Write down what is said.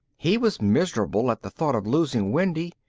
he was miserable at the thought of losing wendy,